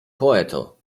poeto